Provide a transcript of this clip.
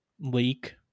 leak